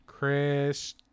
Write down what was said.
chris